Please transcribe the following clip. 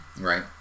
right